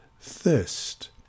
thirst